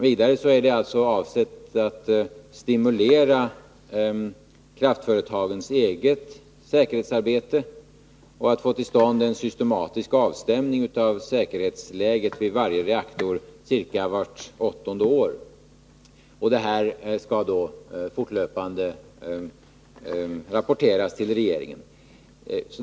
Vidare är systemet avsett att stimulera säkerhetsarbetet inom kraftföretagen och att få till stånd en systematisk avstämning av säkerhetsläget vid varje reaktor ungefär vart åttonde år. Och det skall ske en fortlöpande rapportering till regeringen.